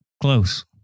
Close